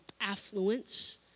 affluence